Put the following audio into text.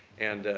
and,